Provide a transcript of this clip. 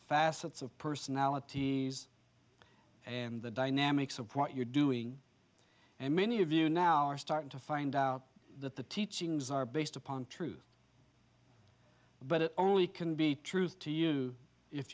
facets of personalities and the dynamics of what you're doing and many of you now are starting to find out that the teachings are based upon truth but it only can be truth to you if